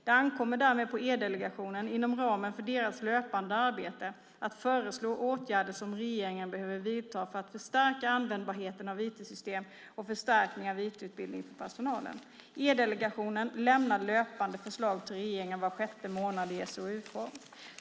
Det ankommer därmed på E-delegationen inom ramen för deras löpande arbete att föreslå åtgärder som regeringen behöver vidta för att förstärka användbarheten av IT-system och förstärkning av IT-utbildning för personalen. E-delegationen lämnar löpande förslag till regeringen var sjätte månad i SOU-form.